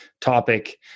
topic